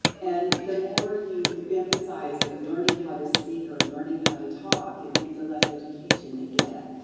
and the more you emphasize learning how to speak or learning how to talk, it means the less education they get.